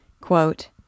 Quote